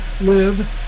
live